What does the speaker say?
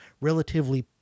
relatively